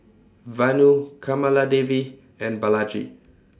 Vanu Kamaladevi and Balaji